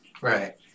Right